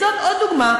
זאת עוד דוגמה,